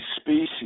species